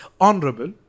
honorable